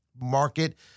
market